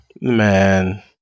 man